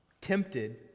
tempted